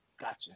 Gotcha